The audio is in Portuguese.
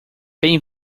bem